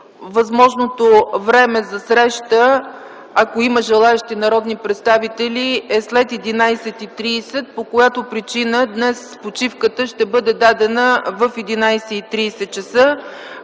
възможното време за среща, ако има желаещи народни представители, е след 11,30 ч., по която причина днес почивката ще бъде дадена в 11,30 ч.